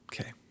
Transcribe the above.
Okay